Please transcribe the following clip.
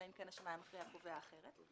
אלא אם כן השמאי המכריע קובע אחרת.